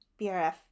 BRF